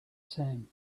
same